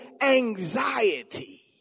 anxiety